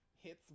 hits